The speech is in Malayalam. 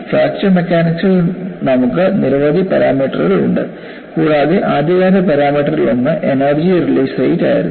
ഫ്രാക്ചർ മെക്കാനിക്സിൽ നമുക്ക് നിരവധി പാരാമീറ്ററുകൾ ഉണ്ട് കൂടാതെ ആദ്യകാല പാരാമീറ്ററുകളിൽ ഒന്ന് എനർജി റിലീസ് റേറ്റ് ആയിരുന്നു